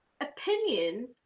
opinion